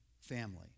family